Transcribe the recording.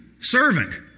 servant